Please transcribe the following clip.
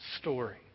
story